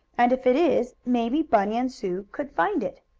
and if it is, maybe bunny and sue could find it.